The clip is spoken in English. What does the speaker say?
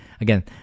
again